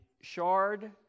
shard